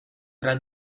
tra